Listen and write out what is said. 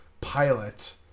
pilot